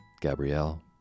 Gabrielle